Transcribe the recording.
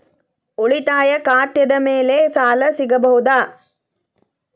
ಉಳಿತಾಯ ಖಾತೆದ ಮ್ಯಾಲೆ ಸಾಲ ಸಿಗಬಹುದಾ?